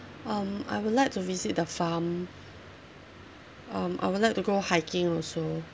um I would like to visit the farm um I would like to go hiking also